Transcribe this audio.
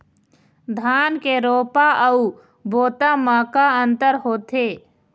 धन के रोपा अऊ बोता म का अंतर होथे?